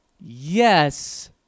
Yes